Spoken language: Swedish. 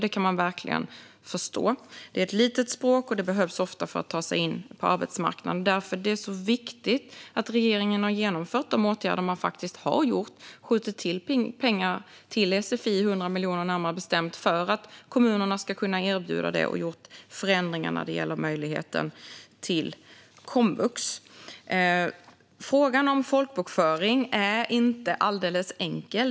Det kan man verkligen förstå. Det är ett litet språk, och det behövs ofta för att man ska kunna ta sig in på arbetsmarknaden. Det är därför det är så viktigt att regeringen har genomfört de åtgärder man faktiskt har gjort. Man har skjutit till pengar till sfi, närmare bestämt 100 miljoner för att kommunerna ska kunna erbjuda detta. Och man har gjort förändringar när det gäller möjligheten till komvux. Frågan om folkbokföring är inte alldeles enkel.